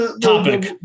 topic